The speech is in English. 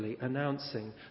announcing